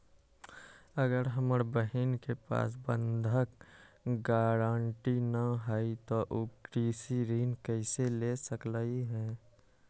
अगर हमर बहिन के पास बंधक गरान्टी न हई त उ कृषि ऋण कईसे ले सकलई ह?